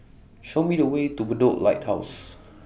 Show Me The Way to Bedok Lighthouse